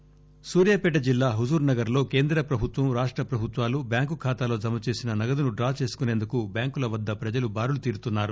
నల్లగొండ సూర్యాపేట జిల్లా హుజుర్ నగర్ లో కేంద్ర ప్రభుత్వం రాష్ట ప్రభుత్వాలు బ్యాంకు ఖాతాలో జమ చేసిన నగదును డ్రా చేసుకునేందుకు బ్యాంకుల వద్ద ప్రజలు బారులు తీరుతున్నారు